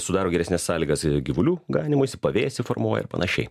sudaro geresnes sąlygas gyvulių ganymuisi pavėsį formuoja ir panašiai